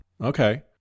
Okay